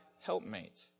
helpmate